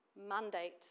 mandate